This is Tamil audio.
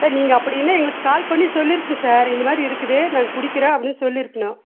சார் நீங்கள் அப்டின்னா எங்களுக்கு கால் பண்ணி சொல்லிருக்கணும் சார் இந்த மாதிரி இருக்குது நாங்கள் பிடிக்கிறோம் அப்படின்னு சொல்லிருக்கணும்